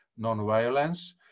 nonviolence